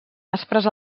aspres